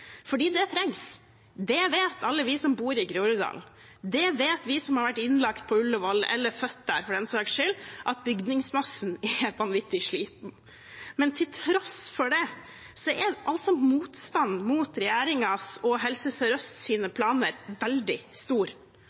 det trengs, det vet alle vi som bor i Groruddalen. Det vet vi som har vært innlagt på Ullevål, og har født der, for den saks skyld – at bygningsmassen er vanvittig slitt. Men til tross for det er altså motstanden mot regjeringens og Helse Sør-Østs planer veldig stor. Den er stor blant de ansatte, den er tverrpolitisk stor